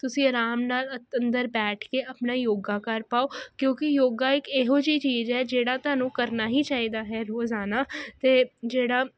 ਤੁਸੀਂ ਅਰਾਮ ਨਾਲ ਅੰਦਰ ਬੈਠ ਕੇ ਆਪਣਾ ਯੋਗਾ ਕਰ ਪਾਓ ਕਿਉਂਕੀ ਯੋਗਾ ਇੱਕ ਇਹੋ ਜਿਹੀ ਚੀਜ ਐ ਜਿਹੜਾ ਤੁਹਾਨੂੰ ਕਰਨਾ ਹੀ ਚਾਈਦਾ ਹੈ ਰੋਜ਼ਾਨਾ ਤੇ ਜਿਹੜਾ